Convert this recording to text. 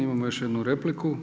Imamo još jednu repliku.